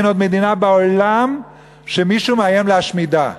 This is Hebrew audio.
אין עוד מדינה בעולם שמישהו מאיים להשמידה,